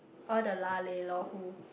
all the lah leh lor who